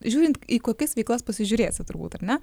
žiūrint į kokias veiklas pasižiūrėsi turbūt ar ne